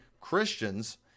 Christians